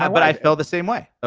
um but i feel the same way. ah